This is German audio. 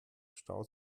staut